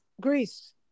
Greece